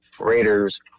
Raiders